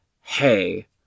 Hey